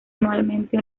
anualmente